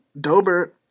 Dober